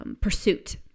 pursuit